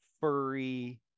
furry